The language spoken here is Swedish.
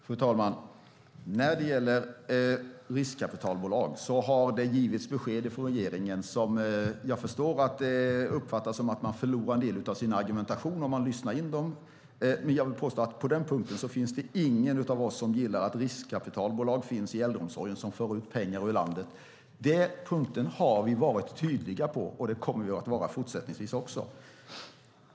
Fru talman! När det gäller riskkapitalbolag har det givits besked från regeringen som jag förstår uppfattas som att man förlorar en del av sin argumentation om man lyssnar in dem. Men jag vill påstå att på denna punkt finns det ingen av oss som gillar att det finns riskkapitalbolag i äldreomsorgen som för ut pengar ur landet. På denna punkt har vi varit tydliga, och det kommer vi att vara fortsättningsvis också.